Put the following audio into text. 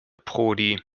prodi